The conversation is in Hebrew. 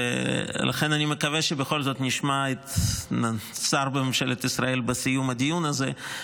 ולכן אני מקווה שבכל זאת נשמע שר בממשלת ישראל בסיום הדיון הזה,